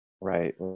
Right